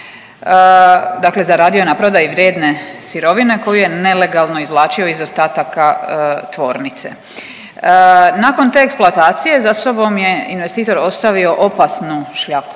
Dakle zaradio je na prodaji vrijedne sirovine koju je nelegalno izvlačio iz ostataka tvornice. Nakon te eksploatacije za sobom je investitor ostavio opasnu šljaku